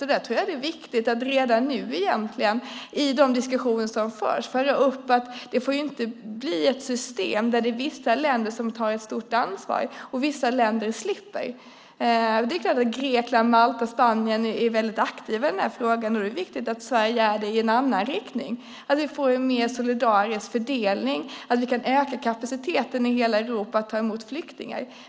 Jag tror att det är viktigt att redan nu i de diskussioner som förs föra upp att det inte får bli ett system där vissa länder tar ett stort ansvar och vissa länder slipper. Det är klart att Grekland, Malta och Spanien är aktiva i frågan, och därför är det viktigt att Sverige är aktivt i en annan riktning. Vi måste få en mer solidarisk fördelning så att vi kan öka kapaciteten i hela Europa att ta emot flyktingar.